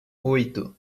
oito